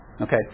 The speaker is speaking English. Okay